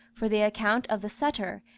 for the account of the setter,